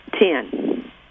Ten